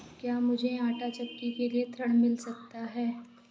क्या मूझे आंटा चक्की के लिए ऋण मिल सकता है?